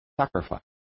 sacrifice